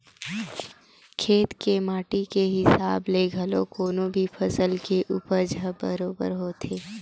खेत के माटी के हिसाब ले घलो कोनो भी फसल के उपज ह बरोबर होथे